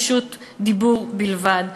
פשוט דיבור בלבד.